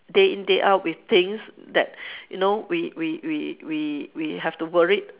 day in day out with things that you know we we we we we have to worried